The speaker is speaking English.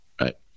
right